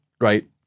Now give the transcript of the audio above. right